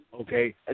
okay